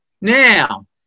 now